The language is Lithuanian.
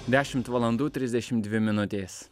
dešimt valandų trisdešim dvi minutės